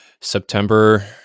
september